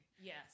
yes